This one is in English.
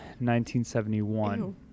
1971